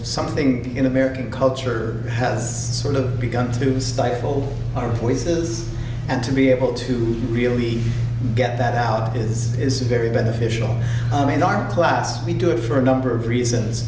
something in american culture has sort of begun to stifle our quiz does and to be able to really get that out is it's very beneficial i mean our class we do it for a number of reasons